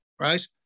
right